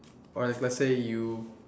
or if let's say you